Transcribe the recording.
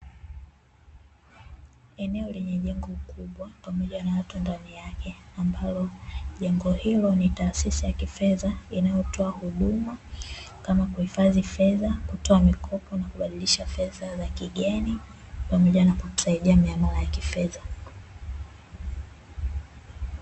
Eneo lenye jengo kubwa pamoja na watu ndani yake, ambalo jengo hilo ni taasisi ya kifedha inayotoa huduma kama kuhifadhi fedha, kutoa mikopo, na kubadilisha fedha za kigeni pamoja na kusaidia miamala ya kifedha.